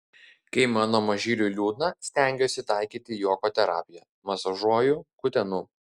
kai mano mažyliui liūdna stengiuosi taikyti juoko terapiją masažuoju kutenu